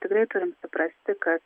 tikrai turim suprasti kad